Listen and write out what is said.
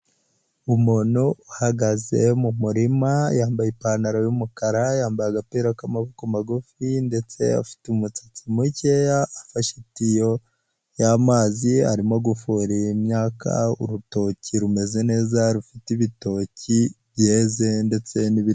Umuntu uhagaze mu murima, yambaye ipantaro y'umukara, yambaye agapira k'amaboko magufi, ndetse afite umusatsi mukeya, afashe itiyo y'amazi arimo gufuhirira imyaka, urutoki rumeze neza rufite ibitoki byeze ndetse n'ibiteze.